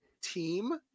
team